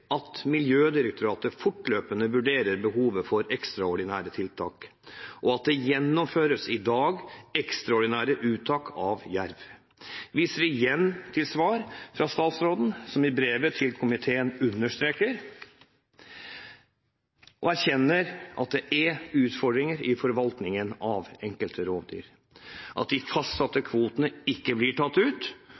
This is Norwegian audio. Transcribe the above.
at Miljødirektoratet fortløpende vurderer behovet for ekstraordinære uttak, og at det i dag gjennomføres ekstraordinære uttak av jerv. Jeg viser også til svaret fra statsråden, som i brevet til komiteen understreker og erkjenner at det er utfordringer i forvaltningen av enkelte rovdyr, at de fastsatte kvotene ikke blir tatt ut,